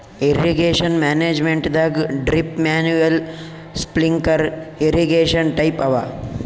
irrigation ಮ್ಯಾನೇಜ್ಮೆಂಟದಾಗ್ drip manual sprinkler irrigation type ಅವ